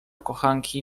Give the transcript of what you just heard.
kochanki